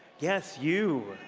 yes, you,